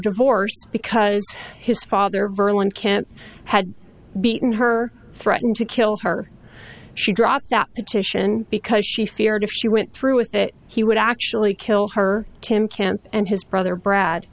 divorce because his father verlyn can't had beaten her threaten to kill her she dropped that petition because she feared if she went through with it he would actually kill her tim camp and his brother brad